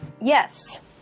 Yes